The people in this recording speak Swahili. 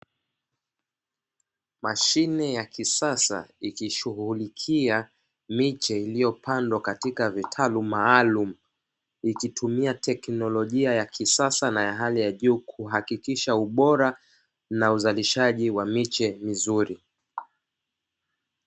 Mashine ya kisasa ikishughulikia miche iliyopandwa katika vitalu maalumu, ikitumia teknolojia ya kisasa na ya hali ya juu kuhakikisha ubora na uzalishaji wa miche mizuri.